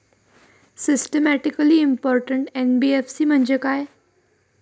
Systematically important NBFC म्हणजे काय?